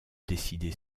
décider